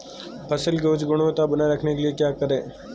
फसल की उच्च गुणवत्ता बनाए रखने के लिए क्या करें?